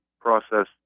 process